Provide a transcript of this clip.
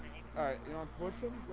an orphan